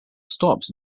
stops